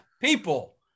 people